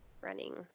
running